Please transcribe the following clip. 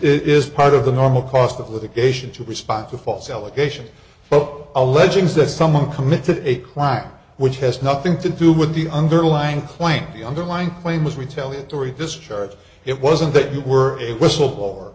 is part of the normal cost of litigation to respond to a false allegation but alleging that someone committed a crime which has nothing to do with the underlying claim the underlying claim was retaliatory discharge it wasn't that you were a whistleblower